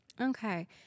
Okay